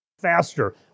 faster